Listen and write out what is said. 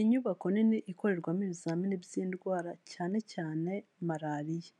Inyubako nini ikorerwamo ibizamini by'indwara cyane cyane marariya,